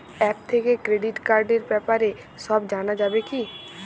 App থেকে credit কার্ডর ব্যাপারে সব জানা যাবে কি?